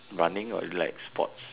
running or is it like sports